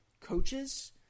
coaches